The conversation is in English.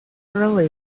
early